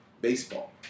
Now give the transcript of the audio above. Baseball